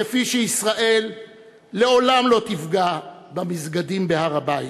כפי שישראל לעולם לא תפגע במסגדים בהר-הבית.